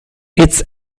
it’s